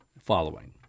following